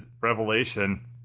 revelation